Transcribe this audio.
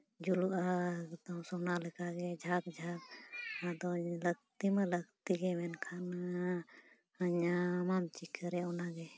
ᱡᱩᱞᱩᱜᱼᱟ ᱮᱠᱫᱚᱢ ᱥᱳᱱᱟ ᱞᱮᱠᱟᱜᱮ ᱡᱷᱟᱠ ᱡᱷᱟᱠ ᱡᱟᱦᱟᱸ ᱫᱚ ᱞᱟᱹᱠᱛᱤ ᱢᱟ ᱞᱟᱹᱠᱛᱤ ᱜᱮ ᱢᱮᱱᱠᱷᱟᱱ ᱚᱱᱟ ᱧᱟᱢᱟᱢ ᱪᱤᱠᱟᱨᱮ ᱚᱱᱟᱜᱮ